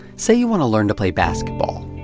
say you want to learn to play basketball.